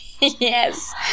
yes